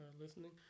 listening